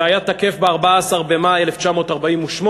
זה היה תקף ב-14 במאי 1948,